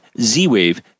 z-wave